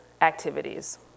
activities